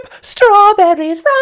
strawberries